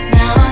now